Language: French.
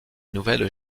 nouvelle